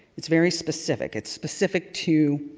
it's very specific. its specific to